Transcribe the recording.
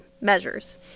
measures